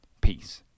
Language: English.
Peace